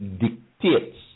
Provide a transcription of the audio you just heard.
dictates